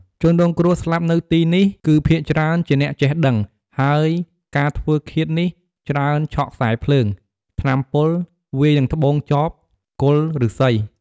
ជនរងគ្រោះស្លាប់នៅទីនេះ គឺភាគច្រើនជាអ្នកចេះដឹង ហើយការធ្វើឃាតនេះ ច្រើនឆក់ខ្សែភ្លើង ថ្នាំពុល វាយនឹងត្បូងចប គល់ឫស្សី។